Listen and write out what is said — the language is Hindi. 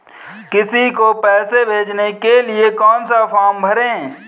किसी को पैसे भेजने के लिए कौन सा फॉर्म भरें?